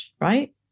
right